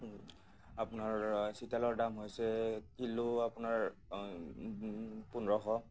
আপোনাৰ চিতলৰ দাম হৈছে কিলো আপোনাৰ পোন্ধৰশ